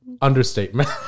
understatement